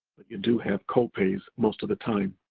you do have copays most of the time.